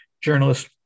journalist